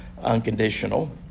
unconditional